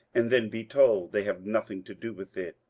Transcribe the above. and then be told they have nothing to do with it,